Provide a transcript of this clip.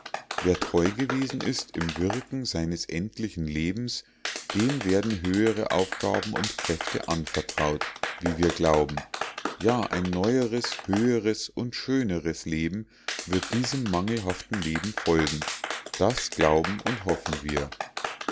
wer treu gewesen ist im wirken seines endlichen lebens dem werden höhere aufgaben und kräfte anvertraut wie wir glauben ja ein neueres höheres und schöneres leben wird diesem mangelhaften leben folgen das glauben und hoffen wir